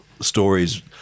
stories